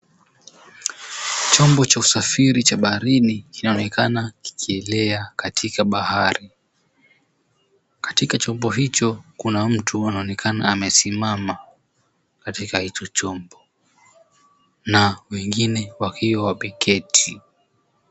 Chombo cha usafiri cha baharini kinaonekana kikielea katika bahari. Katika chombo hicho kuna mtu anaonekana amesimama katika hicho chombo na wengine wakiwa wameketi.